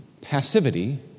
Passivity